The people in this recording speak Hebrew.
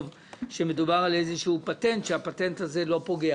שמדובר על איזשהו פטנט ופטנט שאינו פוגע.